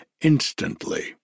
Instantly